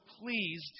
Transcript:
pleased